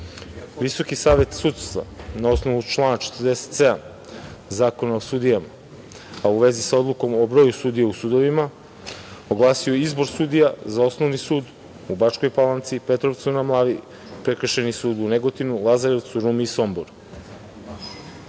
savet sudstva, na osnovu člana 47. Zakona o sudijama, a u vezi sa Odlukom o broju sudija u sudovima, oglasio je izbor sudija za Osnovni sud u Bačkoj Palanci, Petrovcu na Mlavi, Prekršajni sud u Negotinu, Lazarevcu, Rumi i Somboru. Od